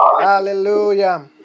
Hallelujah